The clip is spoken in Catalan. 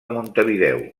montevideo